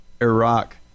Iraq